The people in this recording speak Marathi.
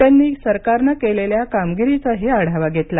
त्यांनी सरकारनं केलेल्या कामगिरीचाही आढावा घेतला